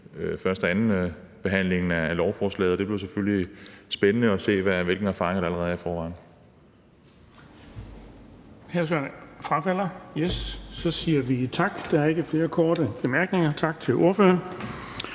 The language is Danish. første- og andenbehandlingen af lovforslaget, og det bliver selvfølgelig spændende at se, hvilke erfaringer der allerede er i forvejen.